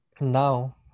now